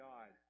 God